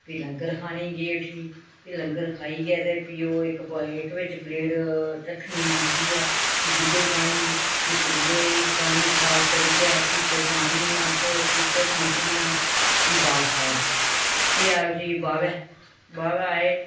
फ्ही लंगर खानें गी गे उठी फ्ही लंगर खाइयै ते फ्ही ओह् इक बिच्च प्लेट रक्खनी मांजियै फ्ही दुए गी पानी फ्ही त्रीए गी पानी साफ करियै फ्ही प्लेटां आह्ननियां उत्थें फ्ही उत्थें फ्ही बापस फ्ही आए फ्ही अस उठी बाह्बे बाह्बै आए